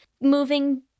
moving